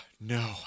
no